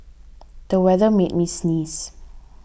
the weather made me sneeze